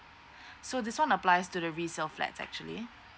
so this one applies to the resale flats actually